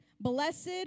blessed